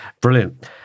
Brilliant